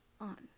on